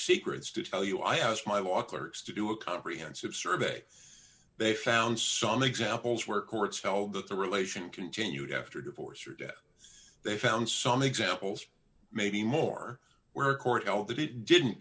secrets to tell you i asked my walker ex to do a comprehensive survey they found some examples where courts held that the relation continued after divorce or death they found some examples maybe more where the court held that it didn't